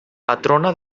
patrona